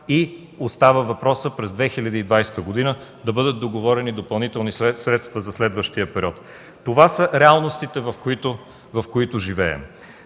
Остава въпросът през 2020 г. да бъдат договорени допълнителни средства за следващия период. Това са реалностите, в които живеем.